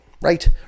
Right